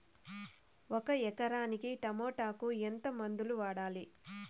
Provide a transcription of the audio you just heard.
ఒక ఎకరాకి టమోటా కు ఎంత మందులు వాడాలి?